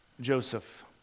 Joseph